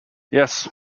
yes